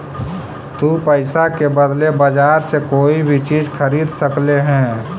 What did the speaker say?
तु पईसा के बदले बजार से कोई भी चीज खरीद सकले हें